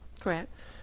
correct